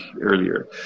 earlier